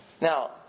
Now